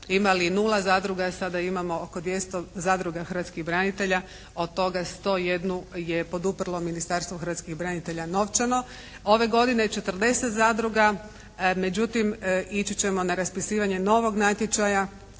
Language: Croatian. imali 0 zadruga, sada imamo oko 200 zadruga hrvatskih branitelja, od toga 101 je poduprlo Ministarstvo hrvatskih branitelja novčano. Ove godine 40 zadruga. Međutim, ići ćemo na raspisivanje novog natječaja